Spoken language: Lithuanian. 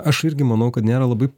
aš irgi manau kad nėra labai